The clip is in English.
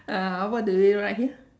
uh what do you write who